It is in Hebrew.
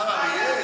השר אריאל?